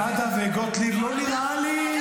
סעדה וגוטליב, לא נראה לי.